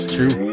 True